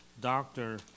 doctor